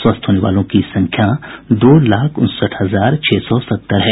स्वस्थ होने वालों की संख्या दो लाख उनसठ हजार छह सौ सत्तर है